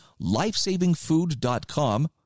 LifesavingFood.com